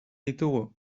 ditugu